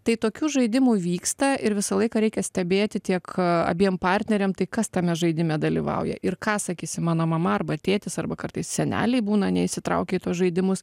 tai tokių žaidimų vyksta ir visą laiką reikia stebėti tiek abiem partneriam tai kas tame žaidime dalyvauja ir ką sakysi mano mama arba tėtis arba kartais seneliai būna neįsitraukę į tuos žaidimus